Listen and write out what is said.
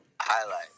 Highlight